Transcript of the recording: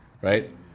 right